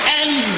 end